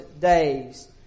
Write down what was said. days